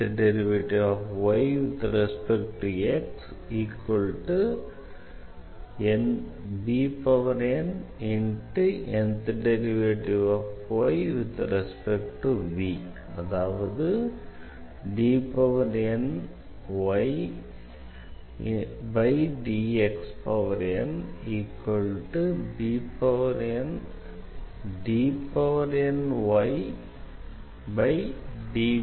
vlcsnap 2019 04 15 10h45m49s250